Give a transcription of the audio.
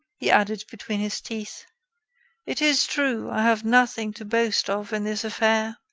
he added, between his teeth it is true i have nothing to boast of in this affair.